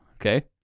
Okay